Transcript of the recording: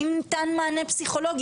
האם ניתן מענה פסיכולוגי?